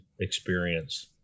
experience